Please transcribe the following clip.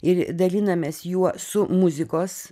ir dalinamės juo su muzikos